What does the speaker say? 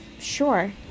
Sure